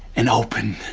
and open